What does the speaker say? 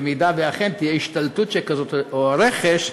במידה שאכן תהיה השתלטות שכזאת או רכש,